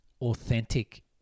authentic